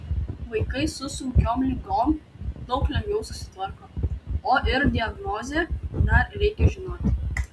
vaikai su sunkiom ligom daug lengviau susitvarko o ir diagnozę dar reikia žinoti